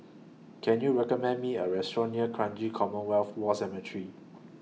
Can YOU recommend Me A Restaurant near Kranji Commonwealth War Cemetery